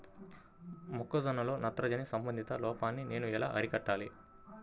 మొక్క జొన్నలో నత్రజని సంబంధిత లోపాన్ని నేను ఎలా అరికట్టాలి?